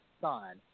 son